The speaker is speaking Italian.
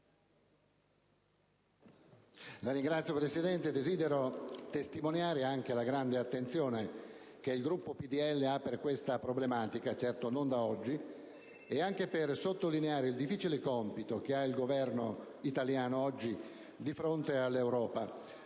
Signora Presidente, desidero testimoniare la grande attenzione che il Gruppo PdL ha per questa problematica, certo non da oggi, e per sottolineare il difficile compito che ha il Governo italiano oggi di fronte all'Europa.